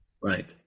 Right